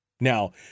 Now